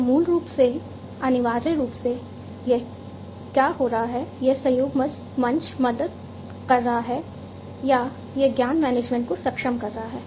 तो मूल रूप से अनिवार्य रूप से यह क्या हो रहा है यह सहयोग मंच मदद कर रहा है या यह ज्ञान मैनेजमेंट को सक्षम कर रहा है